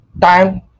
time